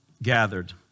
gathered